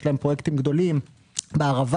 יש להם פרויקטים גדולים בערבה,